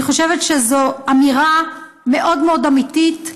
אני חושבת שזאת אמירה מאוד מאוד אמיתית,